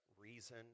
reason